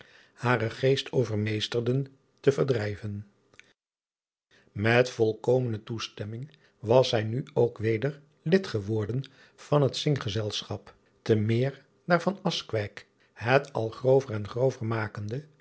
haren geest overmeesterden te verdrijven et volkomene toestemming was zij nu ook weder lid geworden van het inggezelschap te meer daar het al grover en grover makende